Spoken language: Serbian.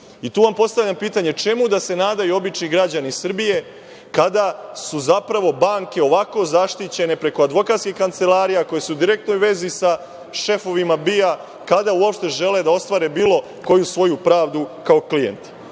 koriste. Postavljam vam pitanje čemu da se nadaju obični građani Srbije kada su zapravo banke ovako zaštićene preko advokatskih kancelarija koje su u direktnoj vezi sa šefovima BIA, kada uopšte žele da ostvare bilo koju svoju pravdu kao klijent? Dakle